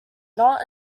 not